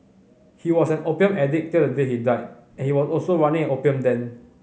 he was an opium addict till the day he died he was also running an opium den